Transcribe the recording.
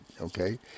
okay